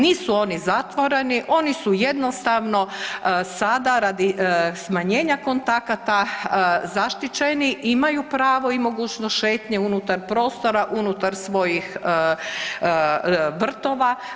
Nisu oni zatvoreni, oni su jednostavno sada radi smanjenja kontakata zaštićeni, imaju pravo i mogućnost šetnje unutar prostor unutar svojih vrtova.